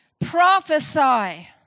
Prophesy